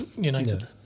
United